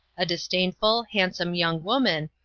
a disdainful, handsome young woman,